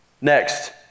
Next